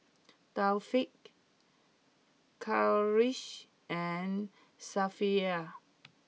Taufik Khalish and Safiya